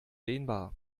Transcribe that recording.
dehnbar